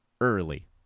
early